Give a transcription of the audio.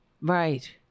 Right